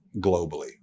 globally